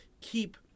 keep